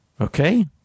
Okay